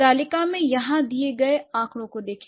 तालिका में यहाँ दिए गए आंकड़ों को देखें